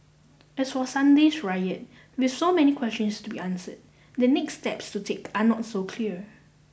as for Sunday's riot with so many questions to be answered the next steps to take are not so clear